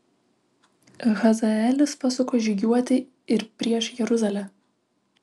hazaelis pasuko žygiuoti ir prieš jeruzalę